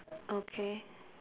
okay